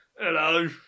hello